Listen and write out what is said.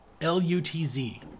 L-U-T-Z